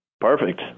Perfect